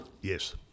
Yes